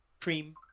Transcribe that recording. cream